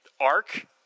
arc